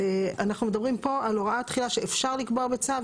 אז אנחנו מדברים פה על הוראה תחילה שאפשר לקבוע בצו,